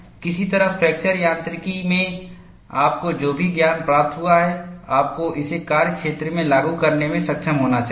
किसी तरह फ्रैक्चर यांत्रिकी में आपको जो भी ज्ञान प्राप्त हुआ है आपको इसे कार्यक्षेत्र में लागू करने में सक्षम होना चाहिए